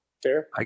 fair